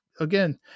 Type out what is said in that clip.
again